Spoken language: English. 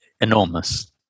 enormous